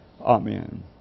Amen